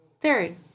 Third